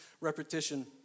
repetition